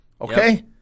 okay